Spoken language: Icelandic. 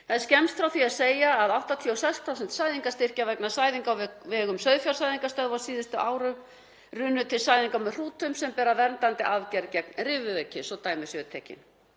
Það er skemmst frá því að segja að 86% sæðingastyrkja vegna sæðinga á vegum sauðfjársæðingastöðva á síðustu árum runnu til sæðinga með hrútum sem bera verndandi arfgerð gegn riðuveiki, svo dæmi sé tekið.